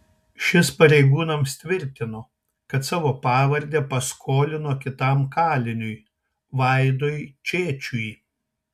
šis pareigūnams tvirtino kad savo pavardę paskolino kitam kaliniui vaidui čėčiui